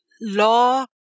law